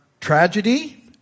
tragedy